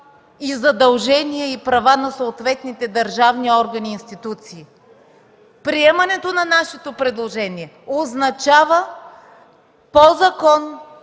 задължения и права на съответните държавни органи и институции. Приемането на нашето предложение означава, по закон